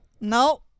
No